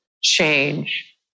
change